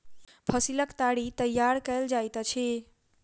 फसीलक ताड़ी तैयार कएल जाइत अछि